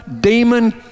demon